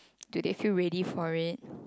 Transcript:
do they feel ready for it